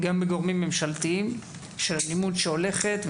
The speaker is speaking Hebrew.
גם מגורמים ממשלתיים שהאלימות שהולכת,